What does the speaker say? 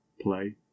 Play